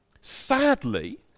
sadly